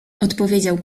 odpowiedział